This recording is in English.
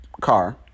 car